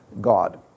God